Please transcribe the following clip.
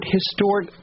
Historic